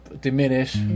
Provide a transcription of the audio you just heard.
diminish